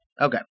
Okay